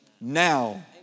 now